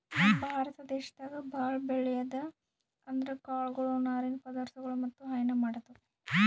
ನಮ್ ಭಾರತ ದೇಶದಾಗ್ ಭಾಳ್ ಬೆಳ್ಯಾದ್ ಅಂದ್ರ ಕಾಳ್ಗೊಳು ನಾರಿನ್ ಪದಾರ್ಥಗೊಳ್ ಮತ್ತ್ ಹೈನಾ ಮಾಡದು